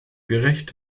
gerecht